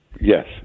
Yes